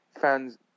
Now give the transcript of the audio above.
fans